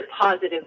positive